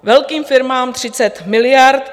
Velkým firmám 30 miliard.